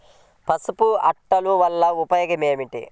పసుపు అట్టలు వలన ఉపయోగం ఏమిటి?